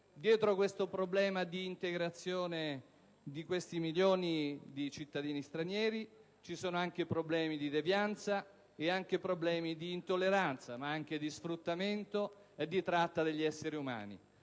Dietro al problema dell'integrazione di questi milioni di cittadini stranieri ci sono anche problemi di devianza, di intolleranza, ma anche di sfruttamento e di tratta degli esseri umani.